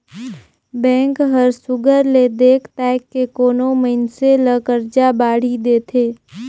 bank हर सुग्घर ले देख ताएक के कोनो मइनसे ल करजा बाड़ही देथे